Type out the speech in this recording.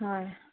ꯍꯣꯏ